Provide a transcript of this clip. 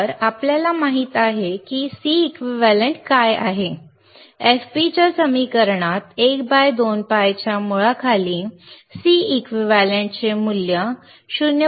तर आता आपल्याला माहित आहे की Cequivalent काय आहे fp च्या समीकरणात 1 बाय 2 pi च्या मुळाखाली Cequivalent चे मूल्य 0